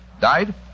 Died